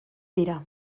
dira